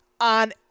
on